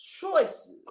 choices